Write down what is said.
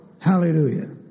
Hallelujah